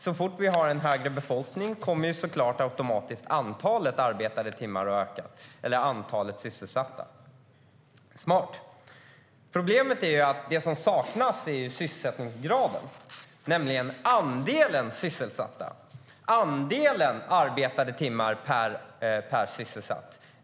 Så fort vi har en större befolkning kommer såklart automatiskt antalet arbetade timmar och antalet sysselsatta att öka. Smart! Problemet är att det som saknas är sysselsättningsgraden, andelen sysselsatta, och antalet arbetade timmar per sysselsatt.